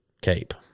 cape